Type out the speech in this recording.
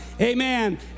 amen